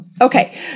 Okay